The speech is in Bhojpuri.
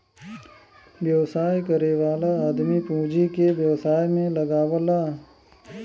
व्यवसाय करे वाला आदमी पूँजी के व्यवसाय में लगावला